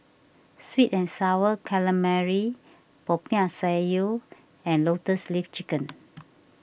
Sweet and Sour Calamari Popiah Sayur and Lotus Leaf Chicken